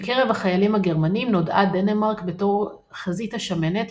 בקרב החיילים הגרמנים נודעה דנמרק בתור "חזית השמנת"